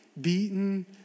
beaten